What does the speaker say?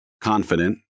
confident